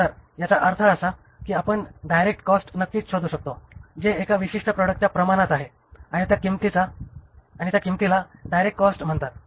तर याचा अर्थ असा की आपण डायरेक्ट कॉस्ट नक्कीच शोधू शकतो जे एका विशिष्ट प्रॉडक्टच्या प्रमाणात आहे आणि त्या किंमतीला डायरेक्ट कॉस्ट म्हणतात